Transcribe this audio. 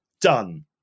Done